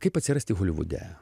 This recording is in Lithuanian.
kaip atsirasti holivude